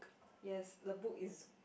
yes the book is